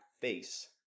face